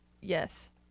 Yes